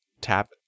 tap